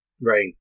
Right